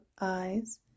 eyes